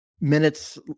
minutes